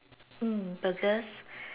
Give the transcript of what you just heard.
mm burgers